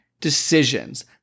decisions